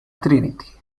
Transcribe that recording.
trinity